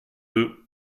deux